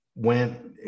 went